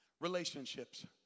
relationships